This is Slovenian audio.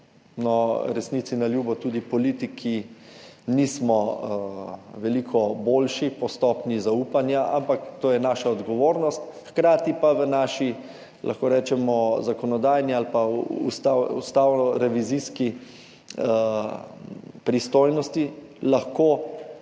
resnici na ljubo, tudi politiki nismo veliko boljši po stopnji zaupanja, ampak to je naša odgovornost, hkrati pa v naši, lahko rečemo, zakonodajni ali pa ustavnorevizijski pristojnosti lahko